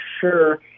sure